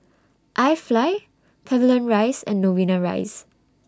I Fly Pavilion Rise and Novena Rise